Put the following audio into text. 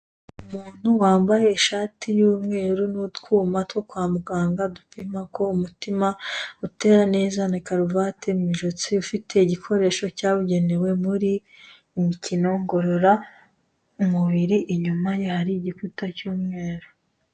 umuntu wambaye ishati yumweru n'utwuma two kwamuganga dupimako umutima utera neza na karuvati mwijosi, ufite igikoresho cyabugenewe muri mumukino ngorora mubiri, inyuma ye hari igikuta cy'umweru.